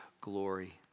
glory